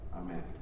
Amen